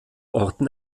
orten